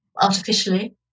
artificially